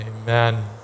Amen